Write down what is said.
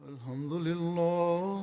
Alhamdulillah